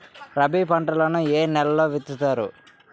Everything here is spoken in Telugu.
రబీ పంటలను ఏ నెలలో విత్తుతారు?